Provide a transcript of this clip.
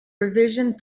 revision